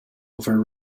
over